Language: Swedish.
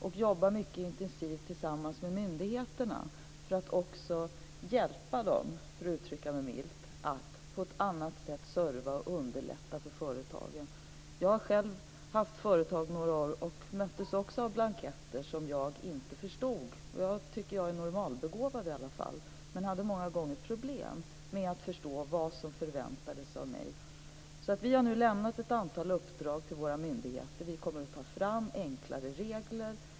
Vi jobbar mycket intensivt tillsammans med myndigheterna för att också hjälpa dem - för att uttrycka mig milt - att på ett annat sätt serva och underlätta för företagen. Jag har själv haft företag några år och möttes också av blanketter som jag inte förstod. Jag tycker att jag är normalbegåvad i alla fall, men jag hade många gånger problem att förstå vad som förväntades av mig. Vi har nu lämnat ett antal uppdrag till våra myndigheter. Vi kommer att ta fram enklare regler.